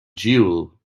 duel